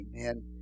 Amen